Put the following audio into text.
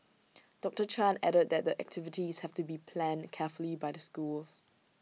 doctor chan added that the activities have to be planned carefully by the schools